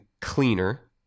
cleaner